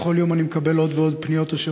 בכל יום אני מקבל עוד ועוד פניות אשר